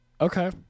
Okay